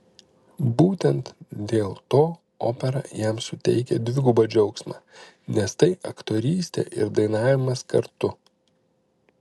būtent dėl to opera jam suteikia dvigubą džiaugsmą nes tai aktorystė ir dainavimas kartu